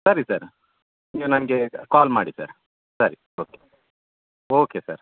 ಸರಿ ಸರ್ ನೀವು ನನಗೆ ಕಾಲ್ ಮಾಡಿ ಸರ್ ಸರಿ ಓಕೆ ಓಕೆ ಸರ್